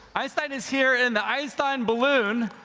einstein is here in the einstein balloon.